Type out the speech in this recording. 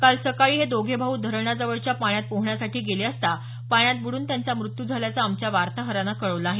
काल सकाळी हे दोघे भाऊ धरणाजवळच्या पाण्यात पोहण्यासाठी गेले असताना पाण्यात बुडून त्यांचा मृत्यू झाल्याचं आमच्या वार्ताहरानं कळवलं आहे